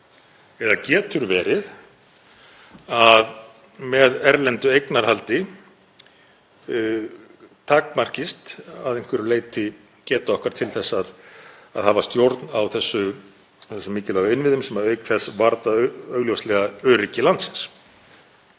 Eða getur verið að með erlendu eignarhaldi takmarkist að einhverju leyti geta okkar til að hafa stjórn á þessum mikilvægu innviðum sem auk þess varða augljóslega öryggi landsins.